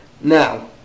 Now